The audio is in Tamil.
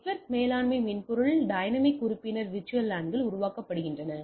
நெட்வொர்க் மேலாண்மை மென்பொருளுக்கு டைனமிக் உறுப்பினர் VLAN கள் உருவாக்கப்படுகின்றன